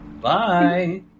Bye